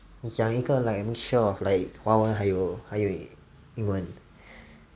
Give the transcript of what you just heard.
你讲一个 like mixture of like 华文还有还有英文